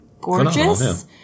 gorgeous